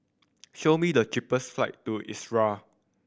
show me the cheapest flight to Israel